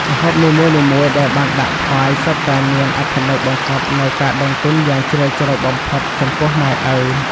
ម្ហូបនីមួយៗដែលបានដាក់ថ្វាយសុទ្ធតែមានអត្ថន័យបង្កប់នូវការដឹងគុណយ៉ាងជ្រាលជ្រៅបំផុតចំពោះម៉ែឪ។